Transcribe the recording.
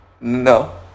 No